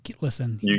listen